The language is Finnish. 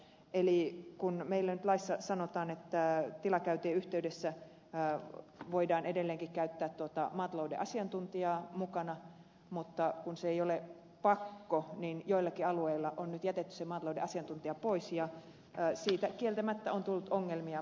eli meillä nyt laissa sanotaan että tilakäyntien yhteydessä voidaan edelleenkin käyttää maatalouden asiantuntijaa mukana mutta kun se ei ole pakollista niin joillakin alueilla on nyt jätetty se maatalouden asiantuntija pois ja siitä kieltämättä on tullut ongelmia